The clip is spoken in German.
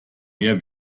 mehr